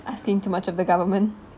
I think too much of the government